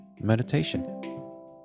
meditation